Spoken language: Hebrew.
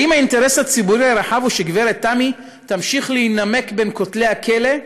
האם האינטרס הציבורי הרחב הוא שגברת תמי תמשיך ותימק בין כותלי הכלא?